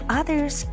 others